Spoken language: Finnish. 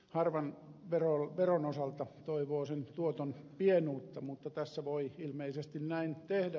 harvan veron osalta toivoo sen tuoton pienuutta mutta tässä voi ilmeisesti näin tehdä